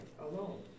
alone